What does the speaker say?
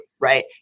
right